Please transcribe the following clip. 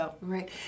Right